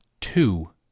two